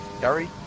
Gary